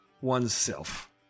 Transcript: oneself